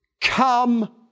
Come